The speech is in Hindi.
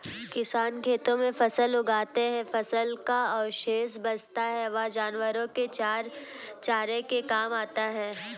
किसान खेतों में फसल उगाते है, फसल का अवशेष बचता है वह जानवरों के चारे के काम आता है